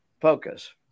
focus